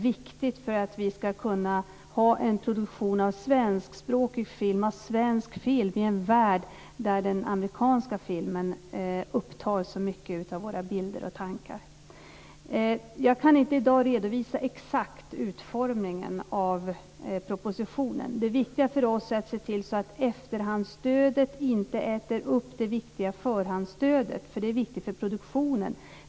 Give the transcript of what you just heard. Vi vill kunna ha en produktion av svensk film i en värld där den amerikanska filmen tar upp ett så stort utrymme. Jag kan i dag inte exakt redovisa utformningen av propositionen. Det viktiga för oss är att se till att efterhandsstödet inte äter upp förhandsstödet, för det är viktigt för produktionen.